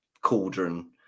cauldron